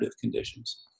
conditions